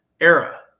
era